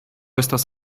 estas